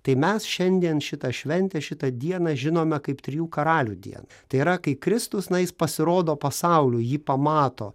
tai mes šiandien šitą šventę šitą dieną žinome kaip trijų karalių dieną tai yra kai kristus na jis pasirodo pasauliui jį pamato